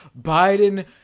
Biden